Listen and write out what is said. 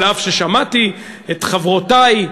אף ששמעתי את חברותי,